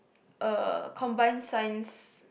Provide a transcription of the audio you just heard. uh combined science